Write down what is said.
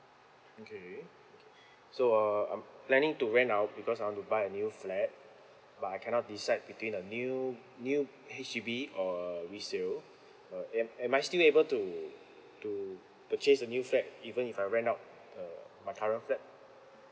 okay so uh I'm planning to rent out because I want to by a new flat but I cannot decide between a new new H_D_B or resale but am am I still able to to purchase a new flat even if I rent out the my current flat